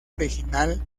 original